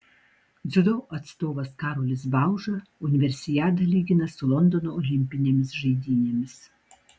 dziudo atstovas karolis bauža universiadą lygina su londono olimpinėmis žaidynėmis